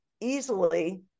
easily